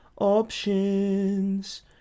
options